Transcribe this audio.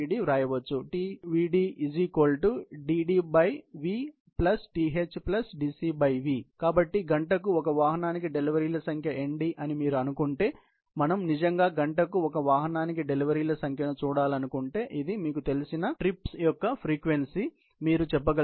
Tdv DdvThDcv కాబట్టి గంటకు ఒక వాహనానికి డెలివరీల సంఖ్య Nd అని మీరు అనుకుంటే మేము నిజంగా గంటకు ఒక వాహనానికి డెలివరీల సంఖ్యను చూడాలనుకుంటే ఇది మీకు తెలిసిన ట్రిప్స్ యొక్క ఫ్రీక్వెన్సీ మీరు చెప్పగలరు